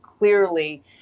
clearly